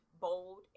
bold